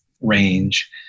range